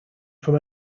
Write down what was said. from